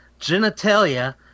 genitalia